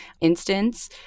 instance